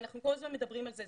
שאנחנו כל הזמן מדברים על זה,